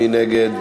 מי נגד?